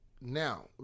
now